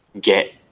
get